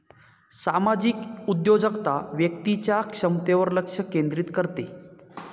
सामाजिक उद्योजकता व्यक्तीच्या क्षमतेवर लक्ष केंद्रित करते